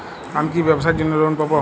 আমি কি ব্যবসার জন্য লোন পাব?